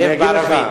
זה זאב בערבית,